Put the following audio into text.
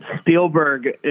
Spielberg